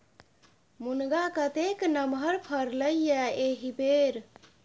मुनगा कतेक नमहर फरलै ये एहिबेर